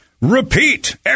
repeat